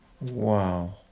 Wow